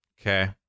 Okay